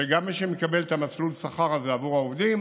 שגם מי שמקבל את מסלול השכר הזה עבור העובדים